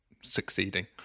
succeeding